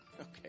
Okay